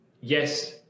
yes